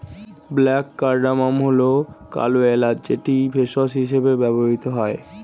black cardamom হল কালো এলাচ যেটি ভেষজ হিসেবে ব্যবহৃত হয়